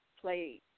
play